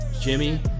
Jimmy